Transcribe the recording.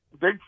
big